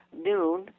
noon